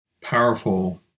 powerful